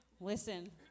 Listen